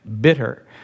bitter